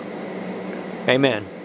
Amen